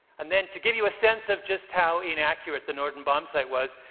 and then to give you a sense of just how inaccurate the norden bombsight was,